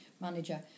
manager